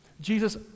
Jesus